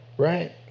Right